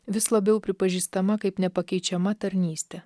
vis labiau pripažįstama kaip nepakeičiama tarnystė